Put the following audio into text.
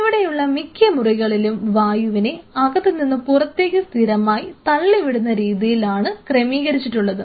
ഇവിടെയുള്ള മിക്ക മുറികളിലും വായുവിനെ അകത്തു നിന്ന് പുറത്തേക്ക് സ്ഥിരമായി തള്ളി വിടുന്ന രീതിയിൽ ആണ് ക്രമീകരിച്ചിട്ടുള്ളത്